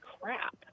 crap